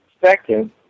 perspective